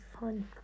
fun